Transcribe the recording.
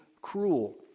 cruel